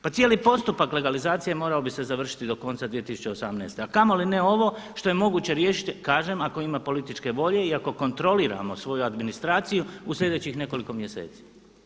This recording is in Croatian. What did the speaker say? Pa cijeli postupak legalizacije morao bi se završiti do konca 2018., a kamoli ne ovo što je moguće riješiti, kažem ako ima političke volje i ako kontroliramo svoju administraciju u sljedećih nekoliko mjeseci.